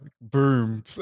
Boom